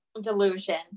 delusion